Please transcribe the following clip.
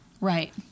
Right